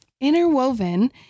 interwoven